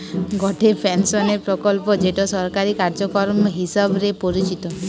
গটে পেনশনের প্রকল্প যেটো সরকারি কার্যক্রম হিসবরে পরিচিত